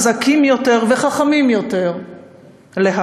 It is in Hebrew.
חזקים יותר וחכמים יותר להבא?